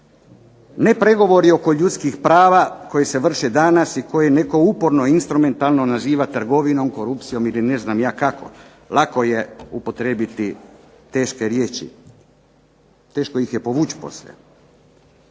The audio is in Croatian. Ne pregovori oko ljudskih prava koji se vrše danas i koje netko uporno instrumentalno naziva trgovinom, korupcijom ili ne znam ja kako. Lako je upotrijebiti teške riječi, teško ih je povući poslije.